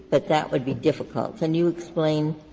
but that would be difficult. can you explain